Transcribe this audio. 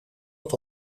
het